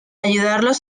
ayudarlos